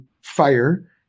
fire